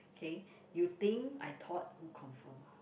okay you think I thought who confirm